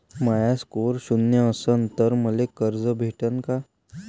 माया score शून्य असन तर मले कर्ज भेटन का?